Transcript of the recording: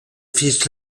fils